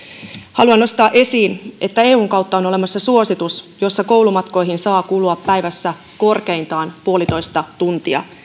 haluan nostaa esiin että eun kautta on olemassa suositus jossa koulumatkoihin saa kulua päivässä korkeintaan puolitoista tuntia